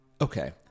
Okay